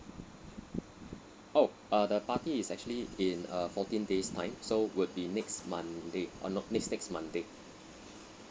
oh uh the party is actually in err fourteen days' time so would be next monday oh no next next monday